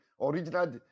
original